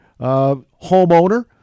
homeowner